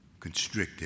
constrictive